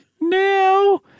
Now